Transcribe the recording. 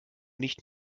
nicht